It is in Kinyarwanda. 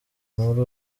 muri